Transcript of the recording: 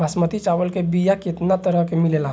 बासमती चावल के बीया केतना तरह के मिलेला?